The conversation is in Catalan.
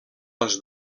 les